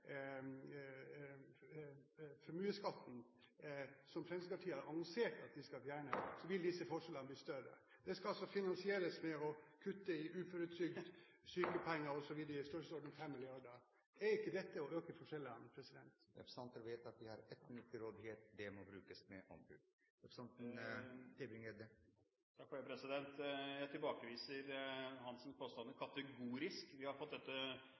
formuesskatten. Hvis man i tillegg tar med formuesskatten som Fremskrittspartiet har annonsert at de skal fjerne, vil disse forskjellene bli større. Det skal altså finansieres ved å kutte i uføretrygd, sykepenger osv. i størrelsesorden 5 mrd. kr. Er ikke dette å øke forskjellene? Representantene vet at de har 1 minutt til rådighet. Det må brukes med omhu. Jeg tilbakeviser Hansens påstander kategorisk. Vi har fått dette